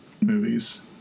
movies